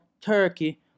turkey